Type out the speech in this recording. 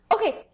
Okay